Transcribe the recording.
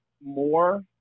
more